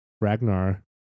ragnar